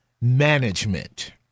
management